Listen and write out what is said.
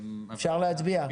אפשר להצביע?